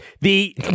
The-